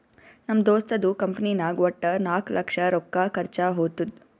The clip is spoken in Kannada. ನಮ್ ದೋಸ್ತದು ಕಂಪನಿನಾಗ್ ವಟ್ಟ ನಾಕ್ ಲಕ್ಷ ರೊಕ್ಕಾ ಖರ್ಚಾ ಹೊತ್ತುದ್